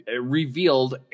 revealed